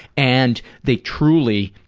and they truly,